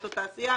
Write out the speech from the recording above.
נטו תעשייה,